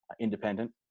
independent